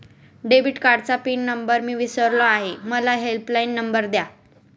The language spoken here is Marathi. डेबिट कार्डचा पिन नंबर मी विसरलो आहे मला हेल्पलाइन नंबर द्या